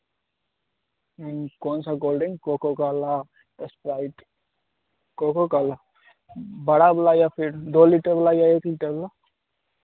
कौन सा cold drink Coca Cola Sprite Coca Cola बड़ा वाला या फिर दो लीटर वाला या एक लीटर वाला